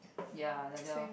ya like that orh